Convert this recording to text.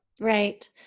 Right